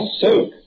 soak